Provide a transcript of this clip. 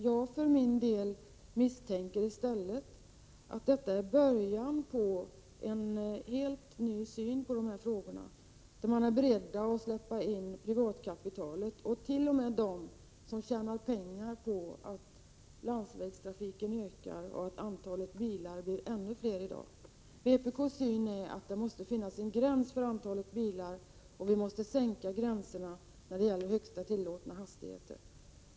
Jag misstänker emellertid att detta i stället är början på en helt ny syn på dessa frågor, där man är beredd att släppa in privatkapitalet t.o.m. dem som tjänar pengar på att landsvägstrafiken ökar och att antalet bilar blir ännu större än i dag. Vpk anser att det måste finnas en gräns för antalet bilar och att gränserna för högsta tillåtna hastighet måste sänkas.